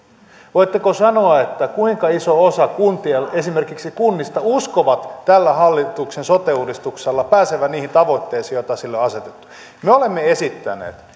voitteko sanoa kuinka iso osa esimerkiksi kunnista uskoo tällä hallituksen sote uudistuksella päästävän niihin tavoitteisiin joita sille on asetettu me olemme esittäneet